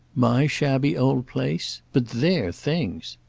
my shabby old place? but their things!